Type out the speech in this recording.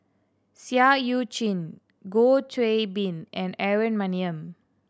Seah Eu Chin Goh Qiu Bin and Aaron Maniam